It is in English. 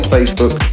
Facebook